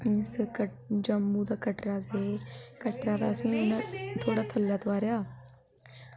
जागा घ्यूर बड़े बनदे पकोड़े बनिए ते काह्ड़ा बनिआ